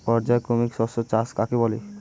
পর্যায়ক্রমিক শস্য চাষ কাকে বলে?